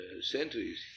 centuries